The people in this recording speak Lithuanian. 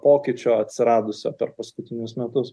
pokyčio atsiradusio per paskutinius metus